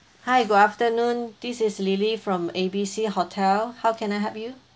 hi good afternoon this is lily from A B C hotel how can I help you